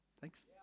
Thanks